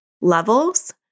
levels